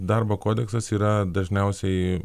darbo kodeksas yra dažniausiai